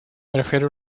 prefiero